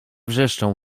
wrzeszczą